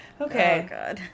Okay